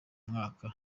mwaka